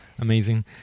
Amazing